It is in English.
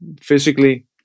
physically